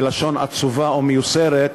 בלשון עצובה ומיוסרת,